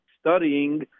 studying